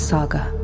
Saga